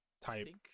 type